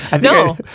No